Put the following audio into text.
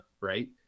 right